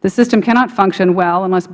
the system cannot function well unless